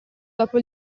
dopo